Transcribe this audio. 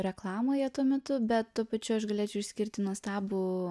reklamoje tuo metu bet tuo pačiu aš galėčiau išskirti nuostabų